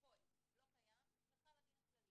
לא קיים וחל הדין הכללי.